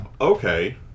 Okay